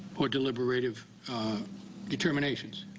or deliberative determinations.